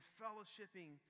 fellowshipping